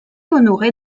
honoré